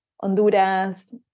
Honduras